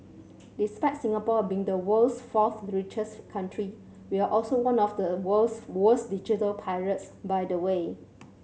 despite Singapore being the world's fourth richest country we're also one of the world's worst digital pirates by the way